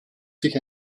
sich